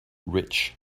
rich